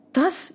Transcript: Thus